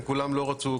הם כולם לא רצו,